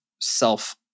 self